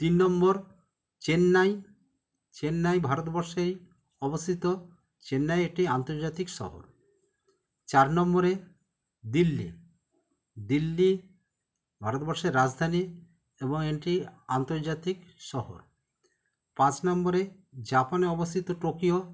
তিন নম্বর চেন্নাই চেন্নাই ভারতবর্ষেই অবস্থিত চেন্নাই একটি আন্তর্জাতিক শহর চার নম্বরে দিল্লি দিল্লি ভারতবর্ষের রাজধানী এবং এটি আন্তর্জাতিক শহর পাঁচ নম্বরে জাপানে অবস্থিত টোকিও